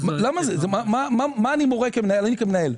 כמנהל,